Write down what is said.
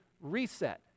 reset